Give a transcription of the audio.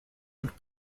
und